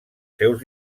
seus